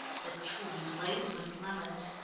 the trees laden with lemons,